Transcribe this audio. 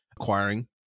acquiring